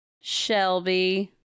shelby